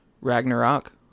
Ragnarok